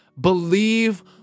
Believe